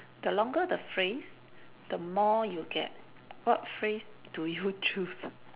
the longer the phrase the more you get what phrase do you choose